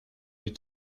die